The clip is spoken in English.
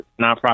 nonprofit